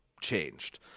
changed